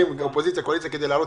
מהאופוזיציה ומהקואליציה כדי להעלות,